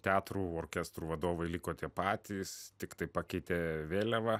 teatrų orkestrų vadovai liko tie patys tiktai pakeitė vėliavą